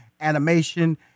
animation